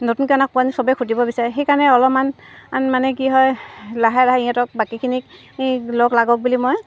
নতুনকৈ অনা কুকুৰাজনীক চবে খুটিব বিচাৰে সেইকাৰণে অলপমান মানে কি হয় লাহে লাহে সিহঁতক বাকীখিনিক লগ লাগক বুলি মই